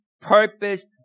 purpose